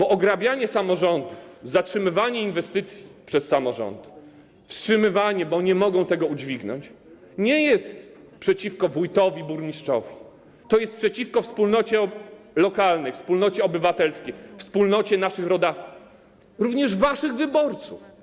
Ograbianie samorządów, zatrzymywanie inwestycji przez samorządy, wstrzymywanie, bo nie mogą tego udźwignąć, nie jest przeciwko wójtowi, burmistrzowi, jest przeciwko wspólnocie lokalnej, wspólnocie obywatelskiej, wspólnocie naszych rodaków, również waszych wyborców.